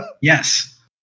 yes